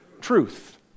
truth